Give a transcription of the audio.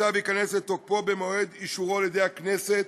הצו ייכנס לתוקפו במועד אישורו על-ידי הכנסת,